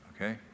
okay